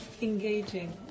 engaging